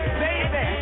baby